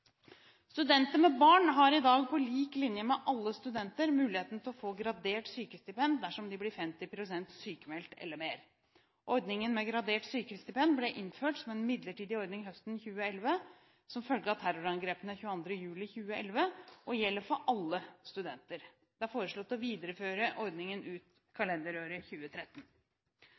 Studenter med barn har i dag, på lik linje med alle studenter, muligheten til å få gradert sykestipend dersom de blir 50 pst. sykmeldt eller mer. Ordningen med gradert sykestipend ble innført som en midlertidig ordning høsten 2011, som følge av terrorangrepene 22. juli 2011, og den gjelder for alle studenter. Det er foreslått å videreføre ordningen ut kalenderåret 2013.